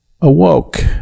awoke